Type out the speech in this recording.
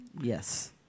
Yes